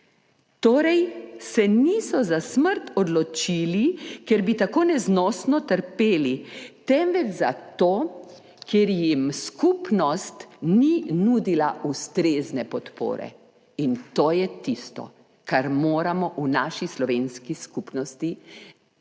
Torej se niso za smrt odločili, ker bi tako neznosno trpeli, temveč zato, ker jim skupnost ni nudila ustrezne podpore. In to je tisto, kar moramo v naši slovenski skupnosti dati